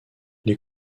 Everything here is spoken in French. les